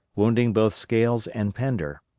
wounding both scales and pender.